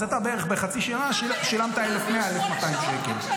אז אתה בחצי שנה שילמת בערך 1,100 1,200 שקל.